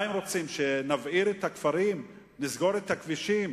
מה הם רוצים, שנבעיר את הכפרים, נסגור את הכבישים?